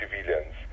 civilians